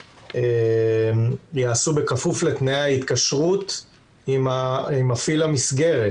ייעשו בכפוף לתנאי ההתקשרות עם מפעיל המסגרת,